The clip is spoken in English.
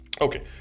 Okay